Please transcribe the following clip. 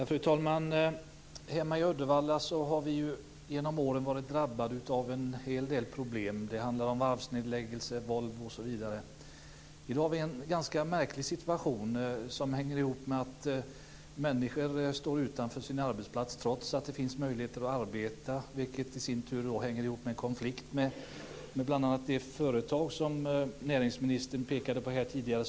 Fru talman! Hemma i Uddevalla har vi genom åren varit drabbade av en hel del problem. Det handlar om varvsnedläggningar, Volvo osv. I dag har vi en ganska märklig situation som hänger ihop med att människor står utanför sin arbetsplats trots att det finns möjligheter att arbeta, vilket i sin tur hänger ihop med en konflikt med bl.a. det företag som näringsministern pekade på här tidigare.